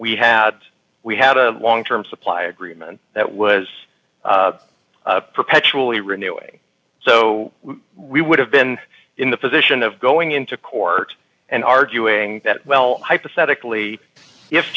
we had we had a long term supply agreement that was perpetually renewing so we would have been in the position of going into court and arguing that well hypothetically